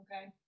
okay